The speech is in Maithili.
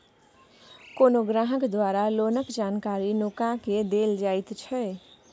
कोनो ग्राहक द्वारा लोनक जानकारी नुका केँ देल जाएत छै